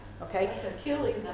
Okay